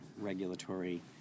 regulatory